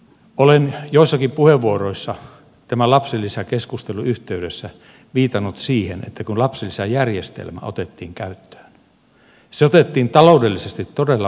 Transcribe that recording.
olen joissakin puheenvuoroissa tämän lapsilisäkeskustelun yhteydessä viitannut siihen että kun lapsilisäjärjestelmä otettiin käyttöön se otettiin taloudellisesti todella vaikeana aikana